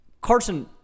Carson